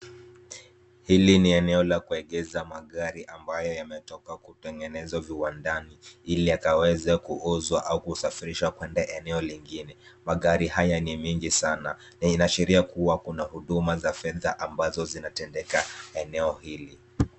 Hili ni eneo la kuegesha magari ambayo yametoka kutengenezwa viwandani ili yakaweze kuuzwa au kusafirishwa kwenda eneo lingine. Magari haya ni mingi sana na inaashiria kuwa huduma za fedha ambazo zinatendeka eneo hili.